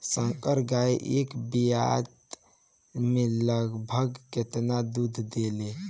संकर गाय एक ब्यात में लगभग केतना दूध देले?